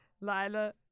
Lila